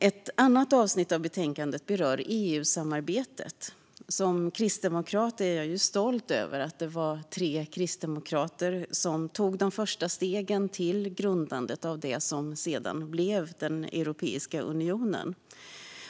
Ett annat avsnitt av betänkandet berör EU-samarbetet. Som kristdemokrat är jag stolt över att det var tre kristdemokrater som tog de första stegen till grundandet av det som senare blev Europeiska unionen.